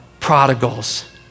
prodigals